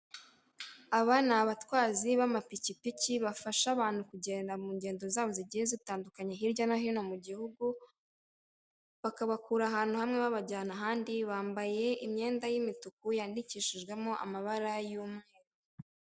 Aba ni abatwazi b'amapikipiki bafasha abantu kugenda mu ngendo zabo zigiye zitandukanye hirya no hino mu gihugu bakabakura ahantu hamwe babajyana ahande bambaye imyenda y'imituku yandikishijwemo amabara y'umweru.